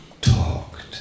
talked